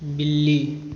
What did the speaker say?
बिल्ली